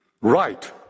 right